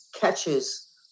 catches